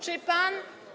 Czy pan.